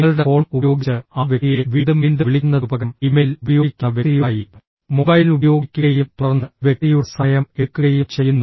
നിങ്ങളുടെ ഫോൺ ഉപയോഗിച്ച് ആ വ്യക്തിയെ വീണ്ടും വീണ്ടും വിളിക്കുന്നതിനുപകരം ഇമെയിൽ ഉപയോഗിക്കുന്ന വ്യക്തിയുമായി മൊബൈൽ ഉപയോഗിക്കുകയും തുടർന്ന് വ്യക്തിയുടെ സമയം എടുക്കുകയും ചെയ്യുന്നു